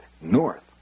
north